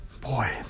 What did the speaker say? Boy